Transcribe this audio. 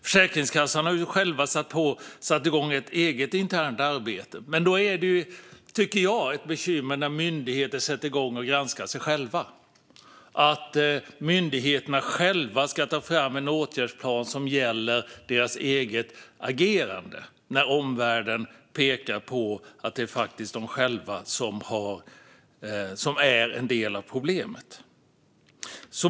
Försäkringskassan har själv satt igång ett internt arbete. Men det är, tycker jag, ett bekymmer när myndigheter sätter igång och granskar sig själva och att de ska ta fram en åtgärdsplan som gäller deras eget agerande när omvärlden pekar på att de själva är en del av problemet.